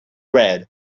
red